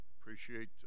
Appreciate